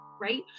Right